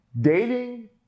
dating